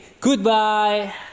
Goodbye